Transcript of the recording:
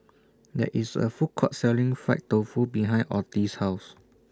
There IS A Food Court Selling Fried Tofu behind Otis' House